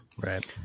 Right